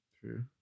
True